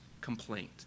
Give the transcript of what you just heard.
complaint